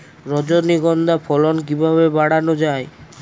রজনীগন্ধা ফলন কিভাবে বাড়ানো যায়?